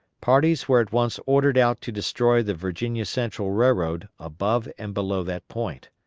parties were at once ordered out to destroy the virginia central railroad above and below that point.